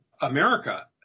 America